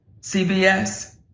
CBS